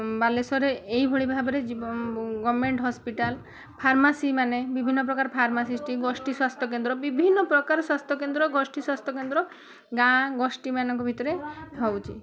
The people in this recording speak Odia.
ବାଲେଶ୍ୱରରେ ଏଇଭଳି ଭାବରେ ଗଭର୍ନମେଣ୍ଟ ହସ୍ପିଟାଲ ଫାର୍ମାସିମାନେ ବିଭିନ୍ନପ୍ରକାର ଫାର୍ମାସିଷ୍ଟ ଗୋଷ୍ଠୀ ସ୍ୱାସ୍ଥ୍ୟକେନ୍ଦ୍ର ବିଭିନ୍ନପ୍ରକାର ସ୍ୱାସ୍ଥ୍ୟକେନ୍ଦ୍ର ଗୋଷ୍ଠୀ ସ୍ୱାସ୍ଥ୍ୟକେନ୍ଦ୍ର ଗାଁ ଗୋଷ୍ଠୀମାନଙ୍କ ଭିତରେ ହେଉଛି